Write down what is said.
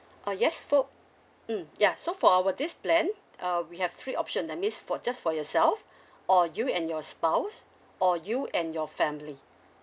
uh yes for mm ya so for our this plan uh we have three option that means for just for yourself or you and your spouse or you and your family